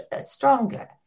stronger